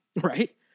right